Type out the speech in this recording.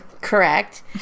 Correct